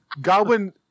Godwin